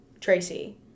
Tracy